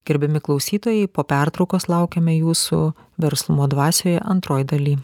gerbiami klausytojai po pertraukos laukiame jūsų verslumo dvasioje antroj daly